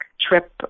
trip